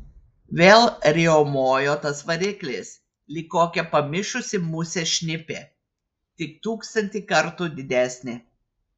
vėl riaumojo tas variklis lyg kokia pamišusi musė šnipė tik tūkstantį kartų didesnė